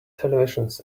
televisions